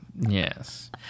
Yes